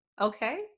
okay